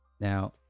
Now